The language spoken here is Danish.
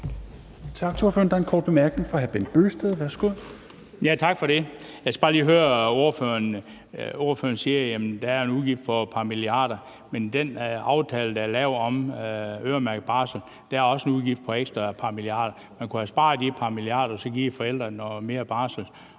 Bent Bøgsted. Værsgo. Kl. 12:07 Bent Bøgsted (DF): Tak for det. Jeg skal bare lige høre, for ordføreren siger, at der er en udgift på et par milliarder. Men med den aftale, der er lavet om øremærket barsel, er der også en udgift på et par milliarder ekstra. Man kunne have sparet de par milliarder og så have givet forældrene noget mere